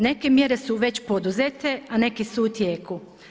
Neke mjere su već poduzete, a neke su u tijeku.